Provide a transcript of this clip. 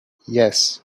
yes